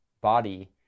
body